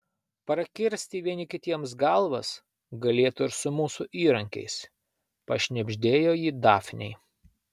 prakirsti vieni kitiems galvas galėtų ir su mūsų įrankiais pašnibždėjo ji dafnei